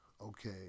okay